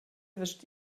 wischt